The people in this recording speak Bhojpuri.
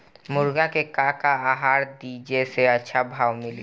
मुर्गा के का आहार दी जे से अच्छा भाव मिले?